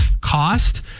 cost